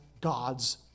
God's